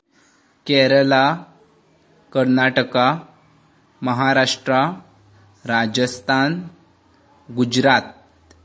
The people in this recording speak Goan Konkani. केरळा कर्नाटका महाराष्ट्रा राजस्थान गुजरात